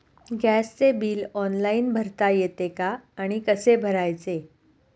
गॅसचे bill online भरता येते का आणि कसे भरायचे?